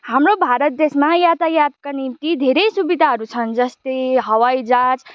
हाम्रो भारत देसमा यातायातका निम्ति धेरै सुविधाहरू छन् जस्तै हवाइजहाज